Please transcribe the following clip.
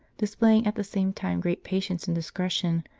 dis playing at the same time great patience and discretion,